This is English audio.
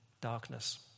darkness